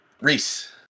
Reese